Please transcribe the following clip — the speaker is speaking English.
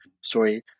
story